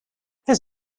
his